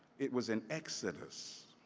it was an exodus.